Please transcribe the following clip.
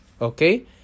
okay